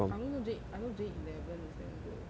I only know J I know J eleven is damn good